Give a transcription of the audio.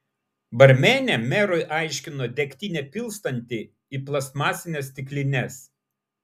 barmenė merui aiškino degtinę pilstanti į plastmasines stiklines